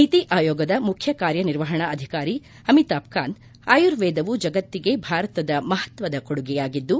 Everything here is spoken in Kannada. ನೀತಿ ಆಯೋಗದ ಮುಖ್ಯ ಕಾರ್ಯ ನಿರ್ವಹಣಾ ಅಧಿಕಾರಿ ಅಮಿತಾಬ್ ಕಾಂತ್ ಆಯುರ್ವೇದವು ಜಗತ್ತಿಗೆ ಭಾರತದ ಮಹತ್ವದ ಕೊಡುಗೆಯಾಗಿದ್ದು